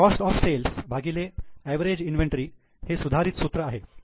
cost of sales भागिले average inventory हे सुधारित सूत्र आहे